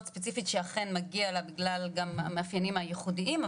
ספציפית שאכן מגיע לה בגלל גם המאפיינים הייחודיים.